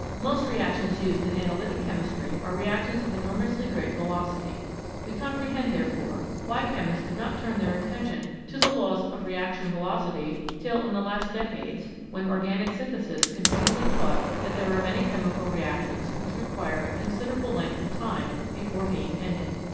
most reactions used in analytic chemistry are reactions of enormously great velocity we comprehend, therefore, why chemists did not turn their attention to the laws of reaction velocity till in the last decades, when organic synthesis continually taught that there are many chemical reactions which require a considerable length of time before being ended.